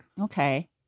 Okay